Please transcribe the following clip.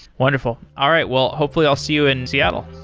wonderful. all right. well, hopefully i'll see you in seattle.